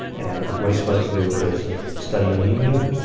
and what he's supposed to do is study anemia.